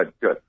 good